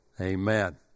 Amen